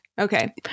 okay